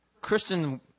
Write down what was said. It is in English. Christian